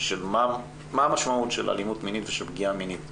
מה המשמעות של אלימות מינית ושל פגיעה מינית.